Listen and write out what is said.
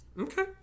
Okay